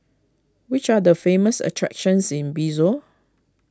which are the famous attractions in Bissau